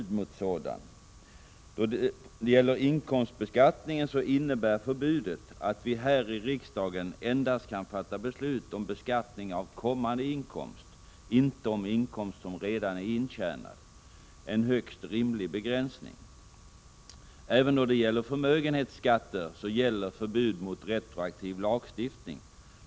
Då det gäller inkomstbeskattningen innebär förbudet att vi här i riksdagen endast kan fatta beslut om höjningar för beskattning av kommande inkomst, inte om beskattning av inkomst som redan är intjänad. Det är en högst rimlig begränsning. Även i fråga om förmögenhetsskatter gäller förbud mot retroaktiv lagstiftning.